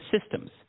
systems